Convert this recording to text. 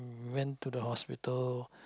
went to the hospital